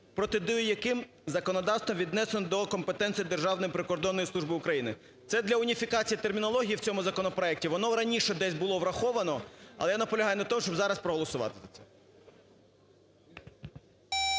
протидію яким законодавством віднесено до компетенції Державної прикордонної служби України". Це для уніфікації термінології в цьому законопроекті. Воно раніше десь було враховано. Але я наполягаю на тому, щоб зараз проголосувати